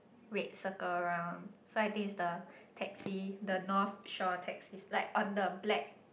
red circle around so I think its the taxi the North Shore taxi like on the black